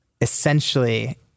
essentially